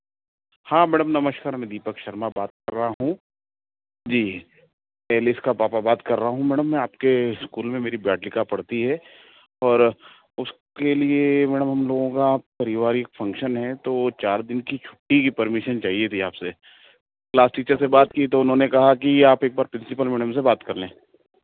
हाँ मैडम नमस्कार मैं दीपक शर्मा बात कर रहा हूँ जी एलिस का पापा बात कर रहा हूँ मैडम मैं आपके स्कूल में मेरी बेटी का पढ़ती है और उसके लिए मैडम हम लोगों का पारिवारिक फंक्शन है तो चार दिन की छुट्टी की परमिशन चाहिए थी आपसे क्लास टीचर से बात की तो उन्होंने कहा कि आप एक बार प्रिंसिपल मैडम से बात कर लें